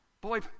Boy